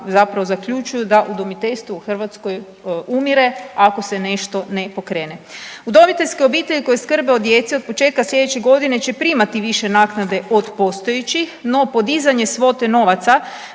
zapravo zaključuju da umiteljstvo u Hrvatskoj umire ako se nešto ne pokrene. Udomiteljske obitelji koje skrbe o djeci od početka sljedeće godine će primati više naknade od postojećih, no podizanje svote novaca